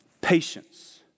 patience